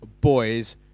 boys